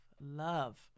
love